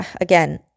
again